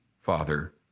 Father